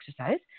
exercise